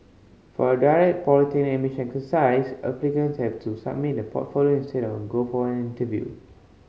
for the direct polytechnic admission exercise applicants have to submit a portfolio instead and go for an interview